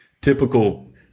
Typical